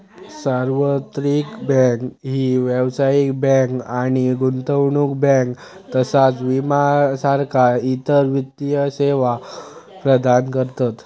सार्वत्रिक बँक ही व्यावसायिक बँक आणि गुंतवणूक बँक तसाच विमा सारखा इतर वित्तीय सेवा प्रदान करतत